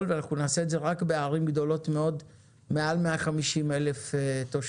ואנחנו נעשה את זה רק בערים גדולות מאוד מעל 150,000 תושבים,